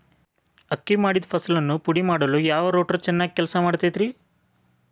ಅಕ್ಕಿ ಮಾಡಿದ ಫಸಲನ್ನು ಪುಡಿಮಾಡಲು ಯಾವ ರೂಟರ್ ಚೆನ್ನಾಗಿ ಕೆಲಸ ಮಾಡತೈತ್ರಿ?